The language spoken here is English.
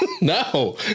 No